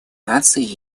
наций